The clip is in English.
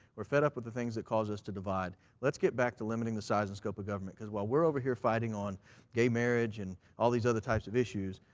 we're fed up with the things that causes us to divide. let's get back to limiting the size and scope of government because while we're over here fighting on gay marriage and all these other types of issues,